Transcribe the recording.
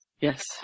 Yes